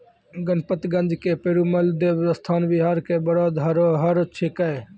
गणपतगंज के पेरूमल देवस्थान बिहार के बड़ो धरोहर छिकै